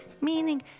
meaning